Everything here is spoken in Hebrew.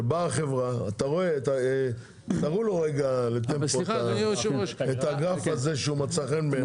תראו לו רגע את הגרף שמצא חן בעיניי.